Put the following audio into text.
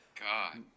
God